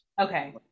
Okay